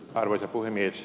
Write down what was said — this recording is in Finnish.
arvoisa puhemies